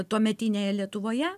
tuometinėje lietuvoje